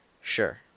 Sure